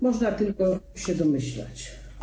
Można tylko się domyślać.